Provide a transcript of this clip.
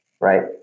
right